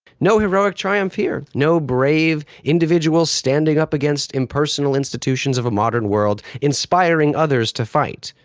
no heroic triumph here, no brave individual standing up against impersonal institutions of a modern world, inspiring others to fight,